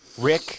Rick